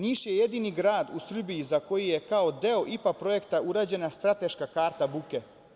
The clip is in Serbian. Niš je jedini grad u Srbiji za koji je kao deo IPA projekta urađena strateška karta buke.